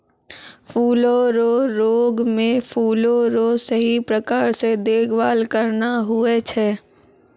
फूलो रो रोग मे फूलो रो सही प्रकार से देखभाल करना हुवै छै